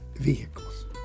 vehicles